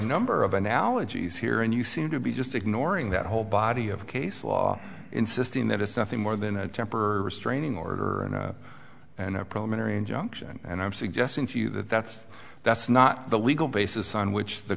number of and ologies here and you seem to be just ignoring that whole body of case law insisting that it's nothing more than a temporary restraining order and a problem entering junction and i'm suggesting to you that that's that's not the legal basis on which the